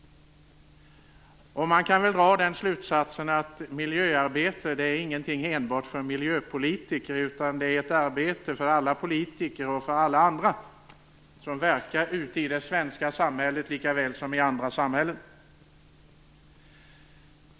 Man kan dra den slutsatsen att miljöarbetet inte enbart är något för miljöpolitiker, utan det är ett arbete för alla politiker och för alla andra som verkar ute i det svenska samhället, likväl som i andra samhällen.